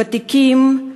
ותיקים,